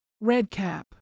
Redcap